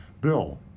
Bill